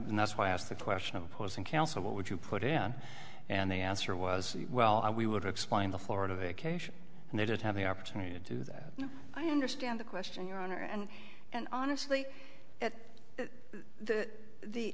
mean that's why i asked the question of opposing counsel what would you put in and the answer was well we would explain the florida vacation and they did have the opportunity to do that i understand the question your honor and and honestly that the the